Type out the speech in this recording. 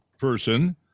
person